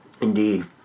Indeed